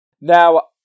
Now